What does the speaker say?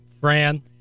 Fran